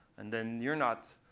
and then you're not